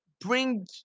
bring